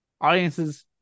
audiences